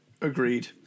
agreed